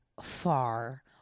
far